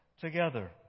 together